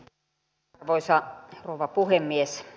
arvoisa rouva puhemies